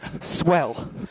swell